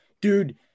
dude